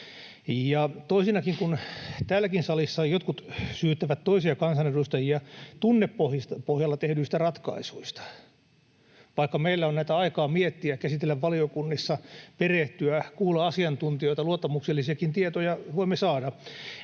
toisenakin, kun täälläkin salissa jotkut syyttävät toisia kansanedustajia tunnepohjalla tehdyistä ratkaisuista, vaikka meillä on näitä aikaa miettiä, käsitellä valiokunnissa, perehtyä, kuulla asiantuntijoita, luottamuksellisiakin tietoja voimme saada,